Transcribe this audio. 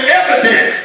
evidence